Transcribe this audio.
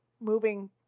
moving